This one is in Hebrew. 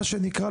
מה שנקרא,